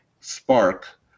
Spark